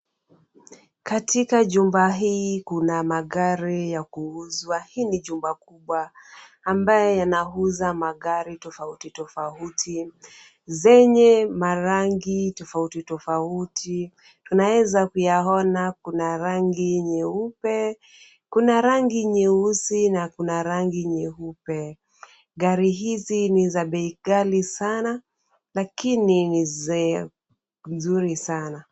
Katika jumba hii kuna magari ya kuuzwa, hii ni jumba kubwa ambayo yanauza magari tofauti tofauti, zenye marangi tofauti tofauti. Tunaweza kuyaona kuna rangi nyeupe, kuna rangi nyeusi na kuna rangi nyeupe. Gari hizi ni za bei ghali sana lakini ni nzuri sana.